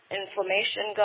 inflammation